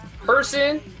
person